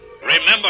Remember